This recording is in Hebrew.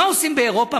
מה עושים באירופה?